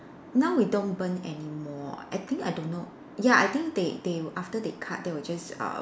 now we don't burn anymore I think I don't know ya I think they they after they cut they will just uh